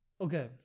Okay